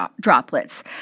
droplets